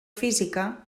física